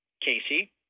Casey